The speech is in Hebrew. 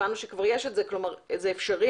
הבנו שכבר יש את זה, כלומר זה אפשרי.